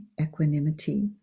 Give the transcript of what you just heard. equanimity